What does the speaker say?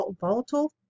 volatile